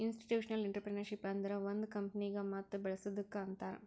institutional entrepreneurship ಅಂದುರ್ ಒಂದ್ ಕಂಪನಿಗ ಮತ್ ಬೇಳಸದ್ದುಕ್ ಅಂತಾರ್